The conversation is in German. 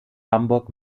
hamburg